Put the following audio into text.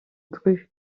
grues